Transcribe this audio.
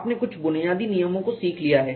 आपने कुछ बुनियादी नियमों को सीख लिया हैं